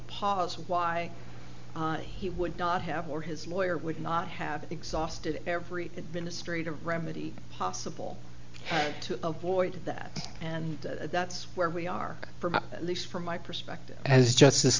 pause why he would not have were his lawyer would not have exhausted every administrative remedy possible to avoid that and that's where we are from at least from my perspective as justice